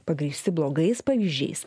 pagrįsti blogais pavyzdžiais